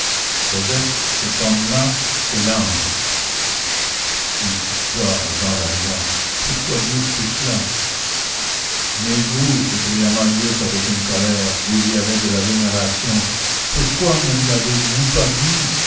cosette cet homme-là c'est l'ange chut chut dit tout bas jean valjean pourquoi dire tout cela mais vous s'écria marius avec une colère où il y avait de la vénération pourquoi ne l'avez-vous pas dit